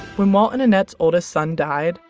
when walt and annette's oldest son died,